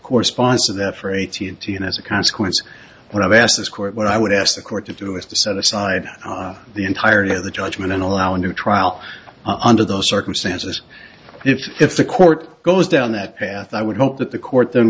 corresponds to that for eighteen thousand as a consequence what i've asked this court what i would ask the court to do is to set aside the entirety of the judgment and allow a new trial under those circumstances if the court goes down that path i would hope that the court then